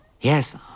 Yes